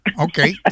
Okay